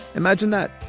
imagine that.